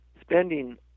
spending